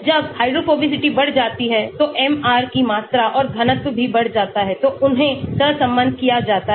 जब हाइड्रोफोबिसिटी बढ़ जाती है तो MR की मात्रा और घनत्व भी बढ़ जाता है तो उन्हें सहसंबद्ध किया जाता है